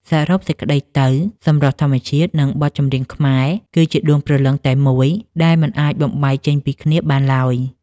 សរុបសេចក្ដីទៅ សម្រស់ធម្មជាតិ និងបទចម្រៀងខ្មែរ គឺជាដួងព្រលឹងតែមួយដែលមិនអាចបំបែកចេញពីគ្នាបានឡើយ។